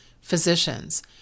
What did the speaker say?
physicians